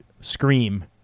Scream